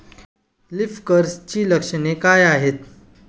Leaf कर्लची लक्षणे काय आहेत?